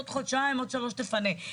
עוד חודשיים או שלושה תפנה,